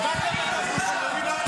תסתכלו להם בעיניים.